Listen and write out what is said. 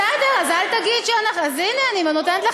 בסדר, אז אל תגיד, ברור שאני מצפה ממנו.